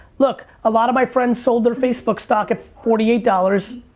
look, a lot of my friends sold their facebook stock at forty eight dollars.